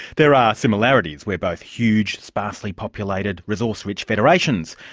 there are similarities we're both huge, sparsely populated, resource rich federations,